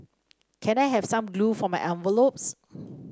can I have some glue for my envelopes